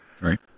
Right